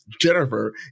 Jennifer